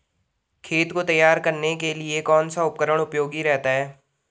खेत को तैयार करने के लिए कौन सा उपकरण उपयोगी रहता है?